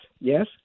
yes